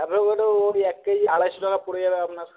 avocado ওই এক KG আড়াইশো টাকা পড়ে যাবে আপনার